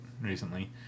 recently